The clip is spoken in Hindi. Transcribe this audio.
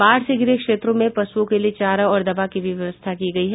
बाढ़ से घिरे क्षेत्रों में पशुओं के लिए चारा और दवा की भी व्यवस्था की गयी है